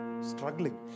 Struggling